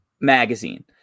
magazine